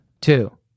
two